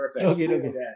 perfect